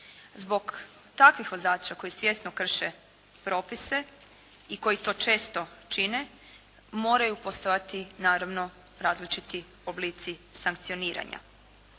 Zbog takvih vozača koji svjesno krše propise i koji to često čine moraju postojati naravno različiti oblici sankcioniranja.